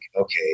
okay